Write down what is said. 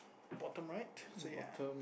bottom right so ya